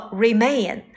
remain